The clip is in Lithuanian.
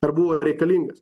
ar jiem buvo reikalingas